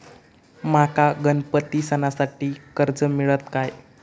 माका गणपती सणासाठी कर्ज मिळत काय?